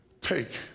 take